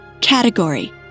Category